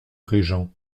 régent